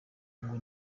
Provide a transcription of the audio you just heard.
ngo